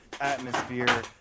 atmosphere